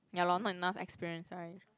ya lor not enough experience right